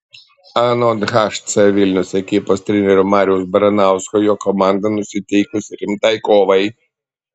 anot hc vilnius ekipos trenerio mariaus baranausko jo komanda nusiteikusi rimtai kovai